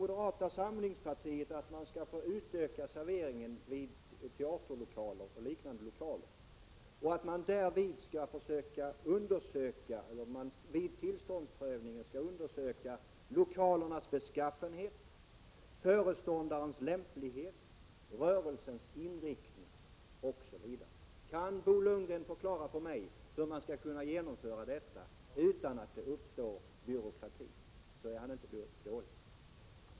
Moderata samlingspartiet föreslår att man skall få utöka serveringen i teaterlokaler och liknande till att omfatta alkoholhaltiga drycker och att man vid tillståndsprövningen skall undersöka lokalernas beskaffenhet, föreståndarens lämplighet, rörelsens inriktning osv. Kan Bo Lundgren förklara för mig hur man skall kunna genomföra detta utan att det uppstår byråkrati?